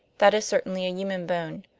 that is certainly a human bone.